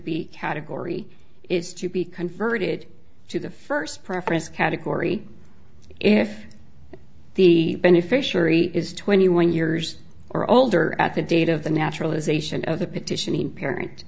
be category is to be converted to the first preference category if the beneficiary is twenty one years or older at the date of the naturalization of the petitioning parent